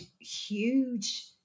huge